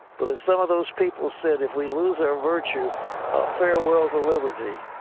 but as some of those people said if we lose our virtue farewell to liberty.